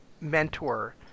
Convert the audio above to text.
mentor